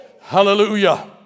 Hallelujah